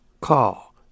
Call